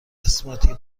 اسموتی